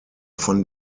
von